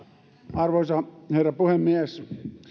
arvoisa herra puhemies